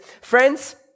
Friends